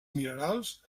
minerals